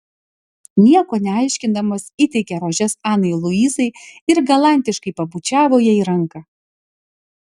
nieko neaiškindamas įteikė rožes anai luizai ir galantiškai pabučiavo jai ranką